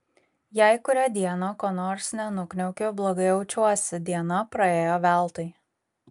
jei kurią dieną ko nors nenukniaukiu blogai jaučiuosi diena praėjo veltui